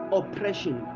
oppression